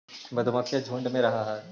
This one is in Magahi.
मधुमक्खियां झुंड में रहअ हई